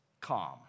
calm